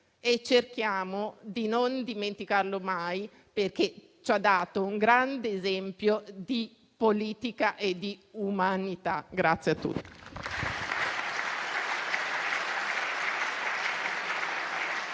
Cerchiamo di non dimenticarlo mai, perché ci ha dato un grande esempio di politica e di umanità.